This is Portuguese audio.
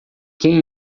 quem